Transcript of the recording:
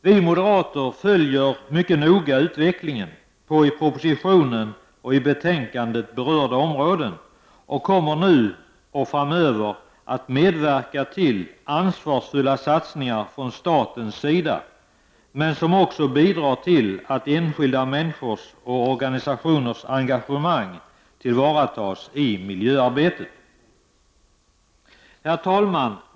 Vi moderater följer mycket noga utvecklingen på i propositionen och betänkandet berörda områden och kommer nu och framöver att medverka till ansvarsfulla satsningar från statens sida, som också bidrar till att enskilda människors och organisationers engagemang tillvaratas i miljöarbetet. Herr talman!